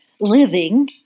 living